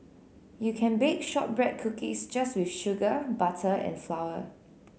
you can bake shortbread cookies just with sugar butter and flour